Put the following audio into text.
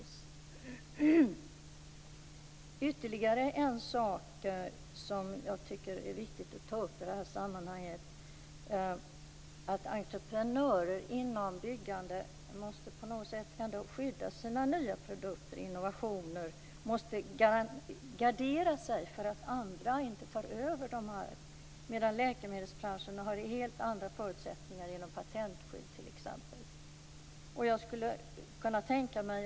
Det finns ytterligare en sak jag tycker är viktig att ta upp i detta sammanhang. Entreprenörer inom byggbranschen måste skydda sina nya produkter och innovationer, de måste gardera sig för att andra inte tar över. Läkemedelsbranschen har helt andra förutsättningar med hjälp av t.ex. patentskydd.